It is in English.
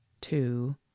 two